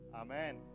Amen